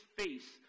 face